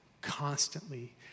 constantly